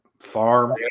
farm